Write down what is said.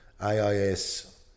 AIS